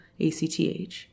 ACTH